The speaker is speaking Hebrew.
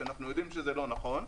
שאנחנו יודעים שזה לא נכון,